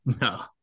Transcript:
No